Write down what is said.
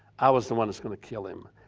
i was the one that's gonna kill him.